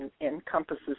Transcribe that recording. encompasses